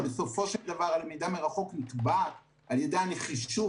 כי בסופו של דבר הלמידה מרחוק נקבעת על ידי הנחישות